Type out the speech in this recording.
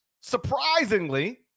surprisingly